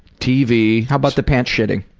tv. how about the pants shitting?